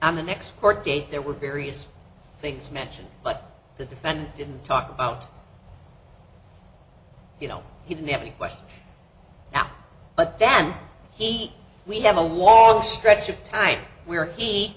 next court date there were various things mentioned but the defendant didn't talk about you know he didn't have any questions now but then he we have a wall stretch of time where he